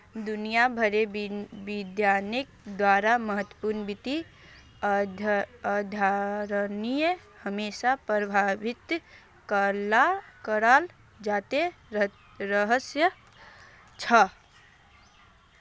दुनिया भरेर विद्वानेर द्वारा महत्वपूर्ण वित्त अवधारणाएं हमेशा परिभाषित कराल जाते रहल छे